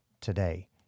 today